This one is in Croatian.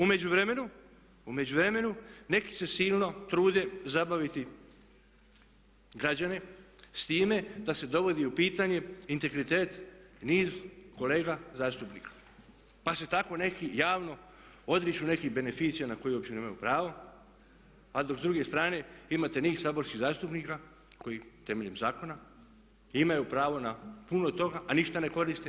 U međuvremenu neki se silno trude zabaviti građane s time da se dovodi u pitanje integritet niz kolega zastupnika, pa se tako neki javno odriču nekih beneficija na koje uopće nemaju pravo, a dok s druge strane imate niz saborskih zastupnika koji temeljem zakona imaju pravo na puno toga, a ništa ne koriste.